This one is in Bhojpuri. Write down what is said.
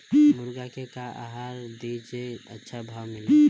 मुर्गा के का आहार दी जे से अच्छा भाव मिले?